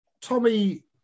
Tommy